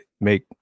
make